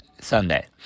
Sunday